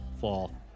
fall